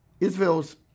Israel's